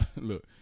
Look